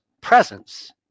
presence